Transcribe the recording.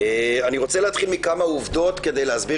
אני רוצה להתחיל מכמה עובדות כדי להסביר